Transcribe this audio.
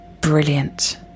brilliant